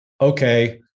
okay